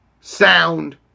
sound